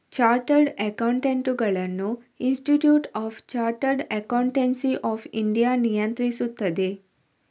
chartered ಅಕೌಂಟೆಂಟುಗಳನ್ನು institute of chartered accountants of India ನಿಯಂತ್ರಿಸುತ್ತದೆ